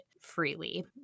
freely